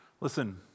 Listen